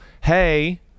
hey